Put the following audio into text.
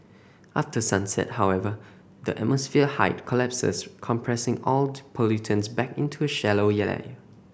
after sunset however the atmosphere height collapses compressing all the pollutants back into a shallow